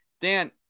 Dan